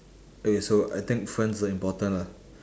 okay so I think friends are important lah